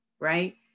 right